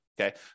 Okay